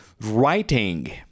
writing